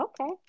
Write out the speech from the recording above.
Okay